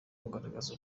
kugaragaza